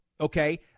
okay